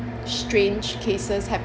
strange cases happening